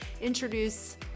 introduce